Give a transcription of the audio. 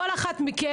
כל אחת מכן,